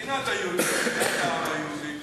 מדינת היהודים שייכת לעם היהודי,